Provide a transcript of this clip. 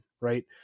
right